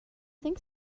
think